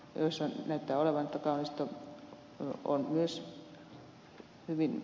kaunisto näyttää olevan myös hyvin asiantunteva